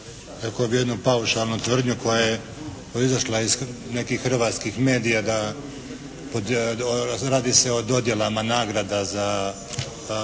Hvala vam